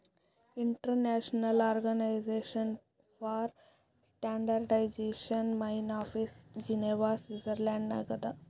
international organization for standardization main office Geneva Switzerland ನಾಗ್ ಅದಾ